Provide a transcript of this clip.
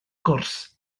gwrs